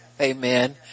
Amen